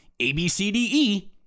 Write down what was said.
ABCDE